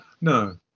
No